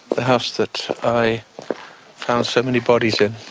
the house that i found so many bodies in.